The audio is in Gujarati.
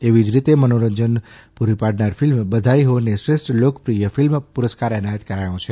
એવી જ રીતે મનોરંજન પાડનાર ફિલ્મ બધાઇ હો ને શ્રેષ્ઠ લોકપ્રિય ફિલ્મ પુરસ્કાર એનાયત કરાયો છે